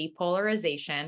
depolarization